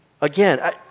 again